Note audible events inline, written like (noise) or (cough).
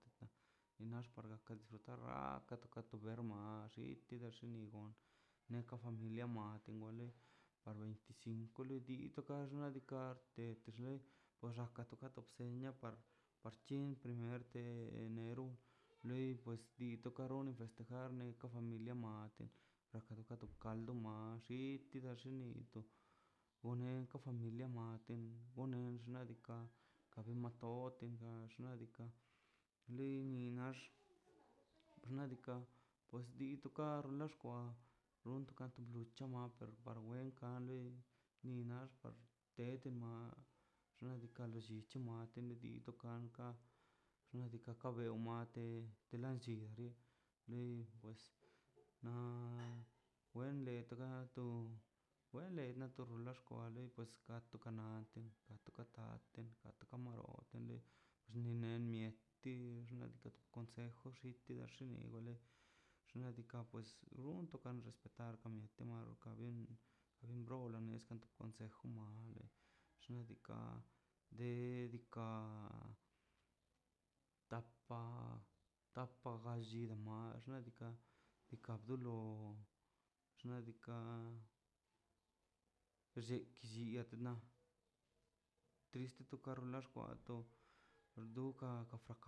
Te lo muad lo nax par gakan disfrutar to braka ka to kato bremar lli tidi xino moa neka familia moa tengole par veinticinco lo did toka no xnaꞌ diikaꞌ loi to xaka to bsenia par bchin primer te enero loi (hesitation) pues tokaroni festejar no toka familia mate la lo tokaldo ma maxitini xoni to gone to ublia maten onen xnaꞌ diikaꞌ ka bin matote na xnaꞌ diikaꞌ lin xnax (hesitation) xnaꞌ diikaꞌ pues di tokar lix kwa lin rontokan lucha ma per par wenkan na le linar tet ma xnaꞌ diikaꞌ lo llichi ma te lo binka xnaꞌ diikaꞌ ka bewm mate te lanllili lei pues (noise) len wen tekan kato wen leix katox kwale kan toxka naten ka toka ten ka kama lonte xnina nie ti xnaꞌ diikaꞌ to consejw teja xini wole xnaꞌ diikaꞌ pues run katon respetar anka to no mie brona te kan to consejw te jumale xnaꞌ diikaꞌ de diikaꞌ tapa tapa galli o max xnaꞌ diikaꞌ diikaꞌ do lo xnaꞌ diikaꞌ llek llikna triste tokar laxkwa to to ka